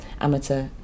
amateur